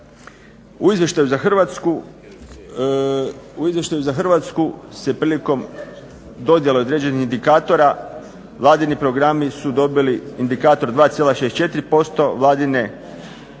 U izvještaju za Hrvatsku se prilikom dodjele određenih indikatora Vladini programi su dobili indikator 2,64%, vladine potpore